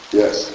yes